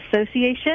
association